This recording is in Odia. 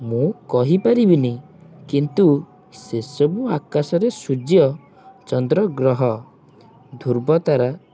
ମୁଁ କହି ପାରିବିନି କିନ୍ତୁ ସେସବୁ ଆକାଶରେ ସୂର୍ଯ୍ୟ ଚନ୍ଦ୍ର ଗ୍ରହ ଧ୍ରୁବତାରା